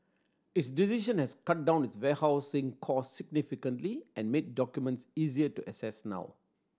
its decision has cut down it warehousing cost significantly and made documents easier to access now